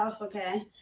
okay